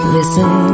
Listen